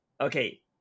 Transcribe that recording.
Okay